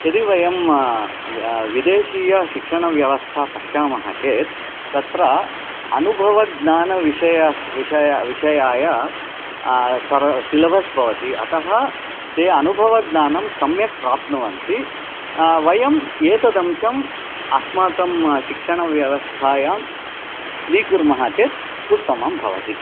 यदि वयं विदेशीयशिक्षणव्यवस्था पश्यामः चेत् तत्र अनुभवज्ञानविषय विषय् विषयाय सिलबस् भवति अतः ते अनुभवज्ञानं सम्यक् प्राप्नुवन्ति वयम् एतत् अंशम् अस्माकं शिक्षणव्यवस्थायां स्वीकुर्मः चेत् उत्तमं भवति